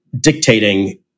dictating